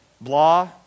blah